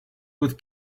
with